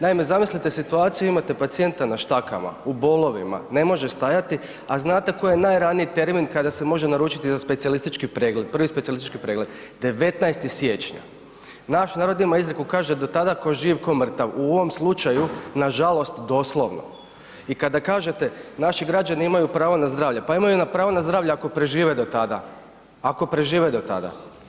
Naime, zamislite situaciju, imate pacijenta na štakama, u bolovima, ne može stajati, a znate koji je najraniji termin kada se može naručiti za specijalistički pregled, prvi specijalistički pregled, 19. siječnja, naš narod ima izreku, kaže do tada tko živ, tko mrtav, u ovom slučaju, nažalost doslovno i kada kažete naši građani imaju pravo na zdravlje, pa imaju pravo na zdravlje ako prežive do tada, ako prežive do tada.